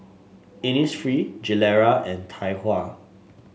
Innisfree Gilera and Tai Hua